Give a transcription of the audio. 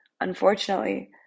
unfortunately